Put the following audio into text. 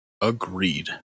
agreed